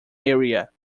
area